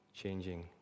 changing